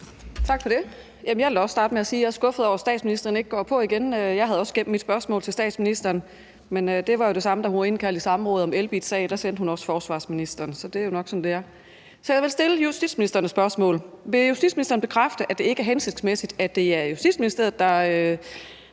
Tak for det. Jeg vil også starte med at sige, at jeg er skuffet over, at statsministeren ikke går på talerstolen igen. Jeg havde også gemt mit spørgsmål til statsministeren, men det var jo det samme, der skete, da hun var indkaldt i samråd om Elbitsagen, da sendte hun også forsvarsministeren, så det er jo nok sådan, det er. Så jeg vil stille justitsministeren et spørgsmål. Vil justitsministeren bekræfte, at det ikke er hensigtsmæssigt, at det er Justitsministeriet, der